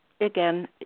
again